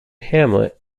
hamlet